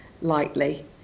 lightly